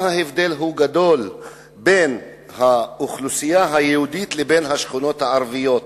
גדול ההבדל בין האוכלוסייה היהודית לבין השכונות הערביות,